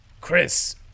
chris